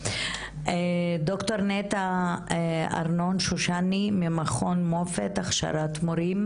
לד"ר נטע ארנון שושני ממכון מופ"ת הכשרת מורים.